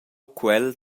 quel